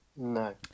No